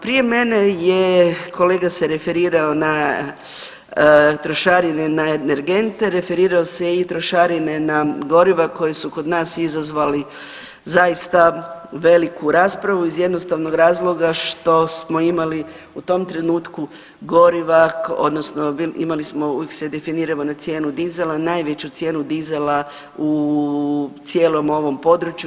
Prije mene se kolega referirao na trošarine na energente, referirao se i na trošarine na goriva koje su kod nas izazvali zaista veliku raspravu iz jednostavnog razloga što smo imali u tom trenutku goriva, odnosno imali smo, uvijek se definiramo na cijenu dizela, najveću cijenu dizela u cijelom ovom području.